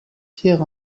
pierre